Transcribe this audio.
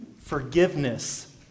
forgiveness